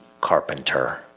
carpenter